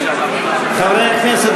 חברי כנסת,